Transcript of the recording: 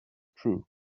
true